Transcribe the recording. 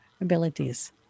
abilities